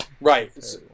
Right